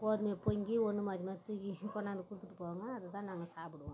கோதுமையை பொங்கி ஒன்று மாற்றி மாற்றி தூக்கி கொண்டாந்து கொடுத்துட்டு போவாங்க அதைதான் நாங்கள் சாப்பிடுவோம்